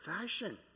fashion